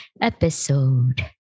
episode